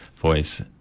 voice